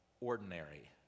ordinary